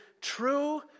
true